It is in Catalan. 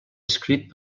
escrit